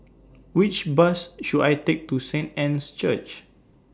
Which Bus should I Take to Saint Anne's Church